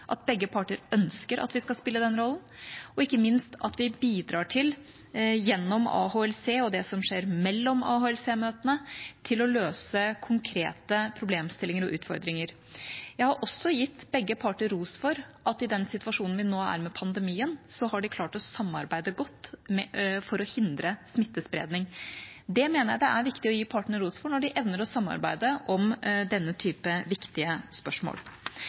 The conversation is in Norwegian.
at begge parter ønsker at vi skal spille den rollen, og ikke minst at vi gjennom AHLC og det som skjer mellom AHLC-møtene, bidrar til å løse konkrete problemstillinger og utfordringer. Jeg har også gitt begge parter ros for at de i situasjonen vi nå er i med pandemien, har klart å samarbeide godt for å hindre smittespredning. Det mener jeg det er viktig å gi partene ros for, når de evner å samarbeide om denne typen viktige spørsmål.